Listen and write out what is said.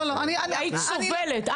היית סובלת.